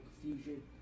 confusion